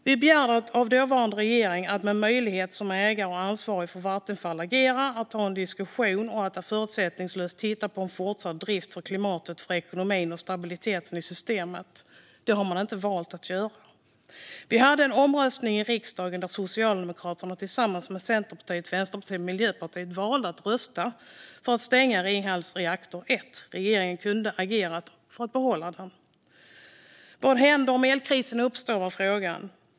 Vi begärde av dåvarande regering att som ägare och ansvarig för Vattenfall agera, ha en diskussion och förutsättningslöst titta på en fortsatt drift - för klimatet, ekonomin och stabiliteten i systemet. Det valde man att inte göra. Vi hade en omröstning i riksdagen, där Socialdemokraterna tillsammans med Centerpartiet, Vänsterpartiet och Miljöpartiet valde att rösta för att stänga Ringhals reaktor 1. Regeringen kunde ha agerat för att behålla den. Vad händer om elkrisen uppstår, var frågan.